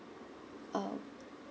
um